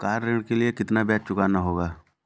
Car ऋण के लिए कितना ब्याज चुकाना होगा?